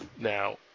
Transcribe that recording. Now